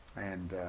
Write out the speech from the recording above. and